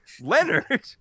Leonard